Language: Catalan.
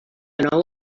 nou